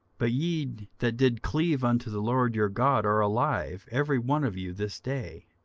but ye that did cleave unto the lord your god are alive every one of you this day.